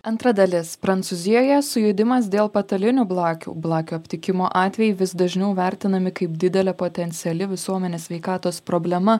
antra dalis prancūzijoje sujudimas dėl patalinių blakių blakių aptikimo atvejai vis dažniau vertinami kaip didelė potenciali visuomenės sveikatos problema